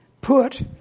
Put